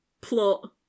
plot